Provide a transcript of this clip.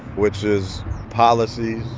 which is policies,